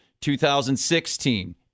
2016